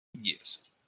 Yes